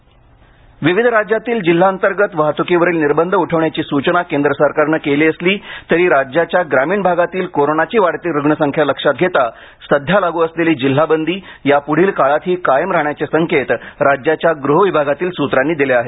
E pass विविध राज्यातील जिल्हांतर्गत वाहतुकीवरील निर्बंध उठवण्याची सूचना केंद्र सरकारने केली असली तरी राज्याच्या ग्रामीण भागातील कोरोनाची वाढती रुग्णसंख्या लक्षात घेता सध्या लागू असलेली जिल्हा बंदी यापुढील काळातही कायम राहण्याचे संकेत राज्याच्या गृह विभागातील सूत्रांनी दिले आहेत